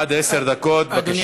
עד עשר דקות, בבקשה.